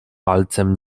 palcem